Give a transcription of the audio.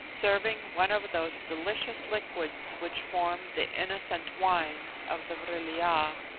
serving one of those delicious liquids which form the innocent wines of the vril-ya.